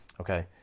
Okay